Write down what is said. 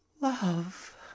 love